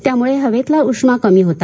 त्यामुळं हवेतला उष्मा कमी होता